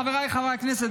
חבריי חברי הכנסת,